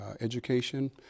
education